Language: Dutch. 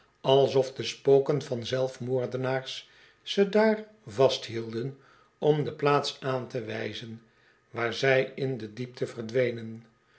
alsof de spoken van zelfmoordenaars ze daar vasthielden om de plaats aan te wijzen waar zij in de diepte verdwenen